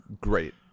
great